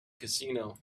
casino